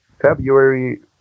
February